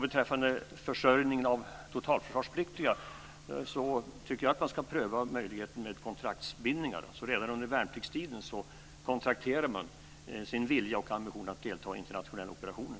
Beträffande försörjningen av totalförsvarspliktiga tycker jag att man ska pröva möjligheten med kontraktsbindningar. Redan under värnpliktstiden kan man kontraktera sin vilja och ambition att delta i internationella operationer.